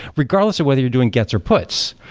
regardless of whether you're doing gets or puts.